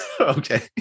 Okay